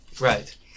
Right